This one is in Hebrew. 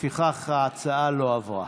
לפיכך ההצעה לא עברה.